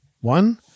one